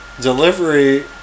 delivery